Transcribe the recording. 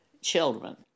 children